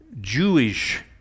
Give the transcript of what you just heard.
Jewish